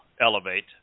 elevate